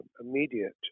immediate